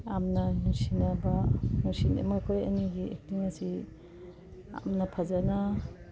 ꯌꯥꯝꯅ ꯅꯨꯡꯁꯤꯅꯕ ꯃꯈꯣꯏ ꯑꯅꯤꯒꯤ ꯑꯦꯛꯇꯤꯡ ꯑꯁꯤ ꯌꯥꯝꯅ ꯐꯖꯅ